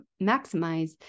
maximize